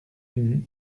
une